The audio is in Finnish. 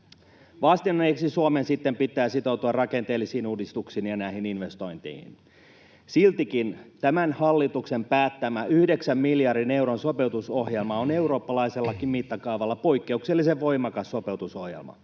Vastineeksi Suomen sitten pitää sitoutua rakenteellisiin uudistuksiin ja näihin investointeihin. Siltikin tämän hallituksen päättämä yhdeksän miljardin euron sopeutusohjelma on eurooppalaisellakin mittakaavalla poikkeuksellisen voimakas sopeutusohjelma.